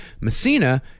Messina